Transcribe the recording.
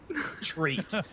treat